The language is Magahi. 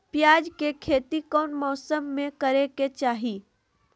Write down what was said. प्याज के खेती कौन मौसम में करे के चाही?